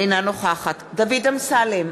אינה נוכחת דוד אמסלם,